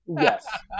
Yes